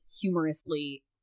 humorously